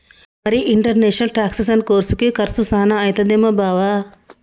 మరి ఇంటర్నేషనల్ టాక్సెసను కోర్సుకి కర్సు సాన అయితదేమో బావా